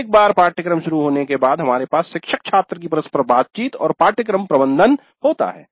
एक बार पाठ्यक्रम शुरू होने के बाद हमारे पास शिक्षक छात्र की परस्पर बातचीत और पाठ्यक्रम प्रबंधन होता है